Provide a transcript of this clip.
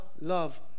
love